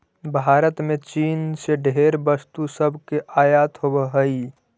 भारत में चीन से ढेर वस्तु सब के आयात होब हई